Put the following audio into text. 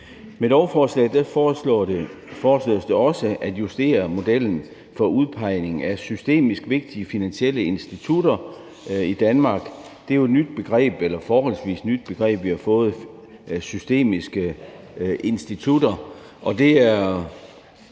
Med lovforslaget foreslås det også at justere modellen for udpegning af systemisk vigtige finansielle institutter i Danmark. Det er jo et forholdsvis nyt begreb, vi har fået – systemiske institutter – og det er